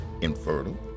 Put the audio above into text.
infertile